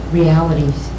realities